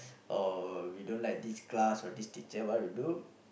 or we don't like this class or this teacher what will do